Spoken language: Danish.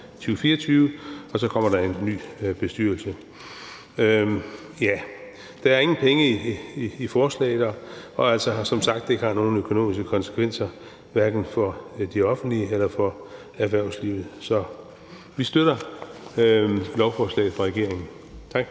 og så kommer der en ny bestyrelse. Der er ingen penge i forslaget, og det har som sagt ikke nogen økonomiske konsekvenser for hverken det offentlige eller for erhvervslivet. Så vi støtter lovforslaget fra regeringen. Tak.